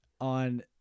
on